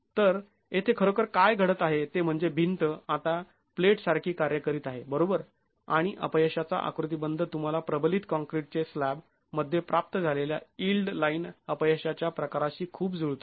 तर येथे खरोखर काय घडत आहे ते म्हणजे भिंत आता प्लेटसारखे कार्य करीत आहे बरोबर आणि अपयशाचा आकृतीबंध तुंम्हाला प्रबलित काँक्रीटचे स्लॅब मध्ये प्राप्त झालेल्या यिल्ड लाईन अपयशाच्या प्रकाराशी खूप जुळतो